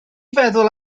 feddwl